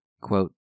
quote